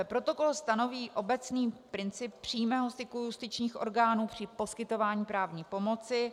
Protokol stanoví obecný princip přímého styku justičních orgánů při poskytování právní pomoci.